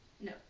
no